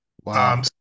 Wow